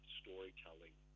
storytelling